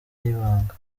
y’ibanga